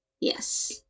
Yes